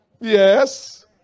yes